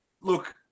look